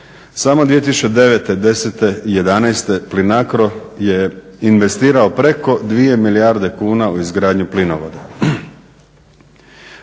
Samo 2009., 2010. i 2011. PLINACRO je investirao preko 2 milijarde kuna u izgradnju plinovoda.